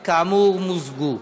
והן כאמור מוזגו.